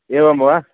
एवं वा